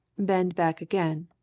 bend back again.